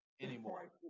anymore